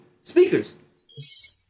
speakers